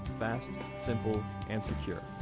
fast, simple and secure.